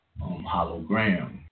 hologram